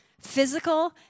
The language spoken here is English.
physical